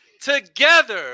together